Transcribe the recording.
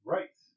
Right